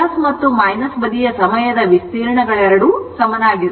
ಮತ್ತು ಬದಿಯ ಸಮಯದ ವಿಸ್ತೀರ್ಣಗಳೆರಡೂ ಸಮನಾಗಿರುತ್ತವೆ